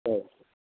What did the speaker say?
சரி